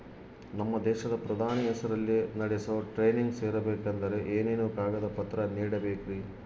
ನಮ್ಮ ದೇಶದ ಪ್ರಧಾನಿ ಹೆಸರಲ್ಲಿ ನಡೆಸೋ ಟ್ರೈನಿಂಗ್ ಸೇರಬೇಕಂದರೆ ಏನೇನು ಕಾಗದ ಪತ್ರ ನೇಡಬೇಕ್ರಿ?